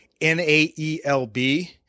NAELB